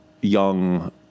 young